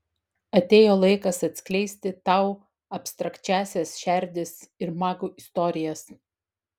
atėjo laikas atskleisti tau abstrakčiąsias šerdis ir magų istorijas